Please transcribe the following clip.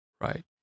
right